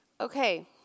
Okay